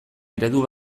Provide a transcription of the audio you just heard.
eredu